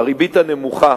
הריבית הנמוכה